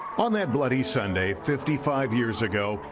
on that bloody sunday fifty five years ago,